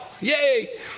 Yay